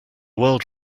world